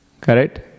Correct